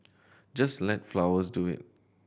just let flowers do it